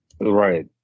Right